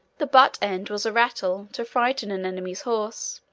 the butt-end was a rattle, to frighten an enemy's horse.